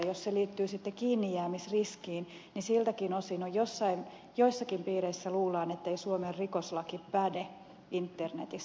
jos se liittyy sitten kiinnijäämisriskiin niin siltäkin osin joissakin piireissä luullaan ettei suomen rikoslaki päde internetissä